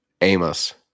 Amos